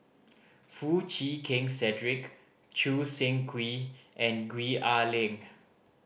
Foo Chee Keng Cedric Choo Seng Quee and Gwee Ah Leng